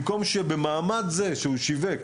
במקום שבמעמד זה שהוא שיווק,